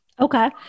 Okay